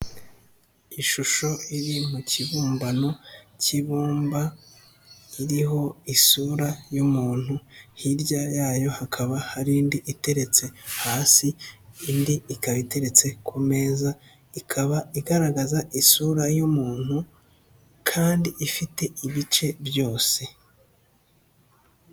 Ishusho iri mu kibumbano cy'ibumba, iriho isura y'umuntuntu, hirya yayo hakaba hari indi iteretse hasi, indi ikaba iteretse ku meza, ikaba igaragaza isura y'umuntu kandi ifite ibice byose.